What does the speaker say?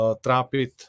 trápit